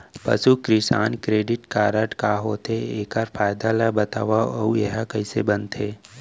पसु Kisan credit card का होथे, एखर फायदा ला बतावव अऊ एहा कइसे बनथे?